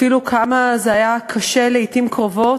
אפילו כמה זה היה קשה לעתים קרובות.